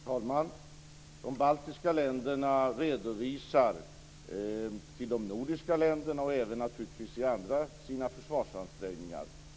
Herr talman! De baltiska länderna redovisar sina försvarsansträngningar till de nordiska länderna, och naturligtvis till andra.